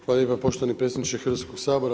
Hvala lijepa poštovani predsjedniče Hrvatskog sabora.